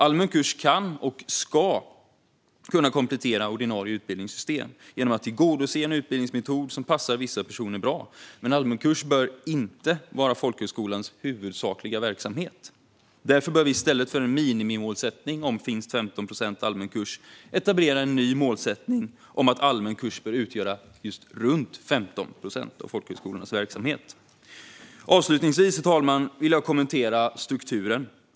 Allmän kurs kan och ska komplettera ordinarie utbildningssystem genom att tillgodose en utbildningsmetod som passar vissa personer bra, men allmän kurs bör inte vara folkhögskolans huvudsakliga verksamhet. Därför bör vi i stället för en minimimålsättning om minst 15 procent allmän kurs etablera en ny målsättning om att allmän kurs bör utgöra just runt 15 procent av folkhögskolornas verksamhet. Avslutningsvis, herr talman, vill jag kommentera strukturen.